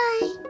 bye